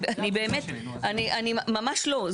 ממש לא.